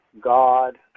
god